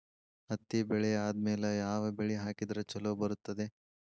ಹತ್ತಿ ಬೆಳೆ ಆದ್ಮೇಲ ಯಾವ ಬೆಳಿ ಹಾಕಿದ್ರ ಛಲೋ ಬರುತ್ತದೆ?